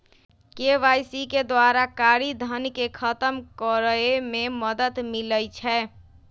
KYC के द्वारा कारी धन के खतम करए में मदद मिलइ छै